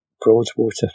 Broadwater